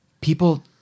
people